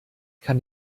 kann